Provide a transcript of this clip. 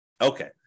Okay